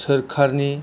सरकारनि